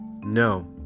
No